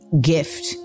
gift